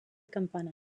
campanar